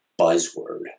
buzzword